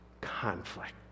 conflict